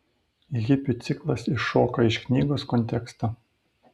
hipių ciklas iššoka iš knygos konteksto